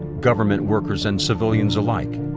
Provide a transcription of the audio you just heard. government workers and civilians alike,